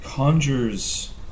Conjures